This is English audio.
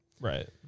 Right